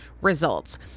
results